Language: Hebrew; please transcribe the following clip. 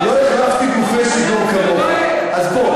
לא החלפתי גופי שידור כמוך, יואל,